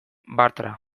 bartra